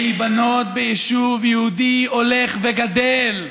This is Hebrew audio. להיבנות ביישוב יהודי הולך וגדל.